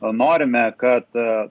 norime kad